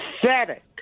pathetic